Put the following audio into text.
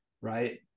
Right